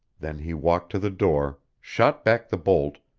then he walked to the door, shot back the bolt,